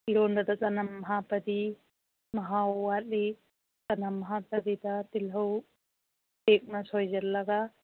ꯏꯔꯣꯟꯕꯗ ꯆꯅꯝ ꯍꯥꯞꯂꯗꯤ ꯃꯍꯥꯎ ꯋꯥꯠꯂꯤ ꯆꯅꯝ ꯍꯥꯞꯇꯕꯤꯗ ꯇꯤꯜꯍꯧ ꯄꯤꯛꯅ ꯁꯣꯏꯖꯤꯜꯂꯒ